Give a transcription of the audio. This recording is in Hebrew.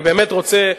אני באמת רוצה,